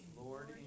Lord